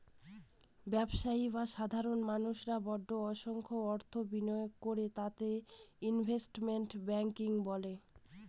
ব্যবসায়ী বা সাধারণ মানুষেরা বড় সংখ্যায় অর্থ বিনিয়োগ করে তাকে ইনভেস্টমেন্ট ব্যাঙ্কিং বলে